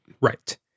Right